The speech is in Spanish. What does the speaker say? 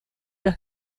los